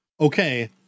Okay